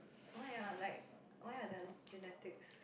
why ah like why are the other genetics